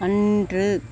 அன்று